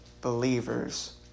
believers